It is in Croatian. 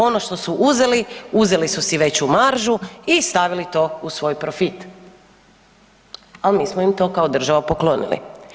Ono što su uzeli uzeli su si veću maržu i stavili to u svoj profit, al mi smo im to kao država poklonili.